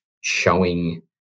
showing